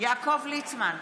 יעקב ליצמן,